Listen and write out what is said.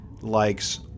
likes